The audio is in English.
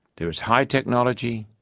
there is high technology,